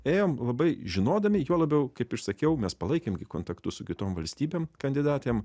ėjom labai žinodami juo labiau kaip išsakiau mes palaikėm gi kontaktus su kitom valstybėm kandidatėm